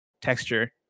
texture